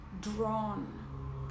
drawn